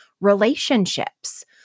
relationships